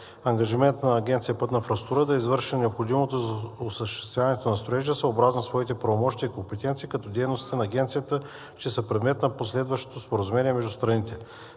Ангажимент на Агенция „Пътна инфраструктура“ е да извърши необходимото за осъществяването на строежа съобразно своите правомощия и компетенции, като дейностите на Агенцията ще са предмет на последващото споразумение между страните.